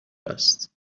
است